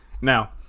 Now